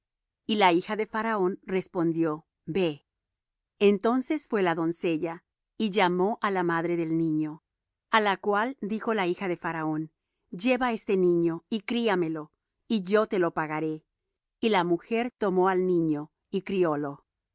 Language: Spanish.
y la hija de faraón respondió ve entonces fué la doncella y llamó á la madre del niño a la cual dijo la hija de faraón lleva este niño y críamelo y yo te lo pagaré y la mujer tomó al niño y criólo